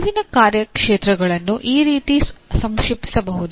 ಅರಿವಿನ ಕಾರ್ಯಕ್ಷೇತ್ರಗಳನ್ನು ಈ ರೀತಿ ಸಂಕ್ಷೇಪಿಸಬಹುದು